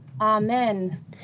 Amen